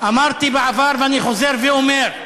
אמרתי בעבר, ואני חוזר ואומר,